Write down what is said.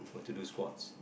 to to do squats